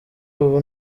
ubu